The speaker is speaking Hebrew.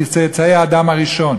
מצאצאי האדם הראשון,